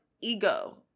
ego